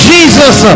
Jesus